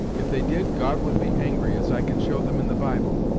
if they did, god would be angry, as i can show them in the bible.